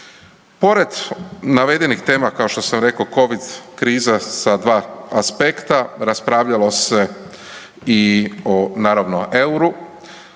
Pored navedenih tema kao što sam rekao covid kriza sa dva aspekta, raspravljalo se i o naravno EUR-u